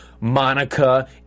Monica